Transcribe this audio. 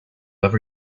ever